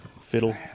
Fiddle